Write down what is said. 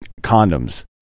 condoms